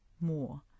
more